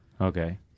okay